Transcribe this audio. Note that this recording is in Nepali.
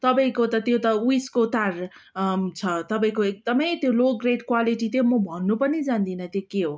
तपाईँको त त्यो त उइसको तार छ तपाईँको एकदमै त्यो लो ग्रेड क्वालिटी त्यो म भन्नु पनि जान्दिनँ त्यो के हो